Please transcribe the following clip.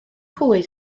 hwy